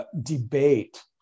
debate